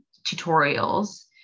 tutorials